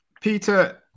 Peter